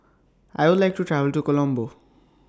I Would like to travel to Colombo